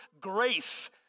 grace